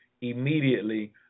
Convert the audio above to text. immediately